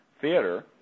theater